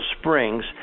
Springs